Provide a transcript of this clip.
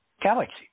galaxy